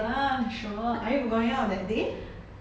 err sure are you going out that day